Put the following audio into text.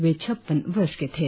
वे छप्पन वर्ष के थे